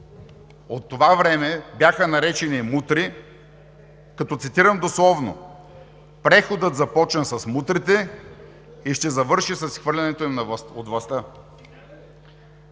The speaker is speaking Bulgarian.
от това време бяха наречени мутри, като цитирам дословно: „Преходът започна с мутрите и ще завърши с изхвърлянето им от властта.“